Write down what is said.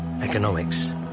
economics